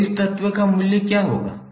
तो इस तत्व का मूल्य क्या होगा